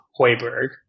Hoiberg